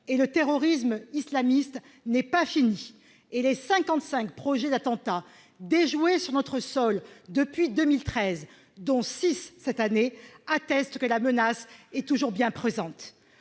et le terrorisme islamistes n'est pas finie, et les cinquante-cinq projets d'attentats déjoués sur notre sol depuis 2013, dont six cette année, attestent que la menace est toujours bien présente.